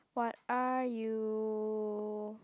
what are you